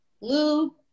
lube